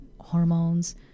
hormones